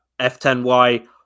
F10Y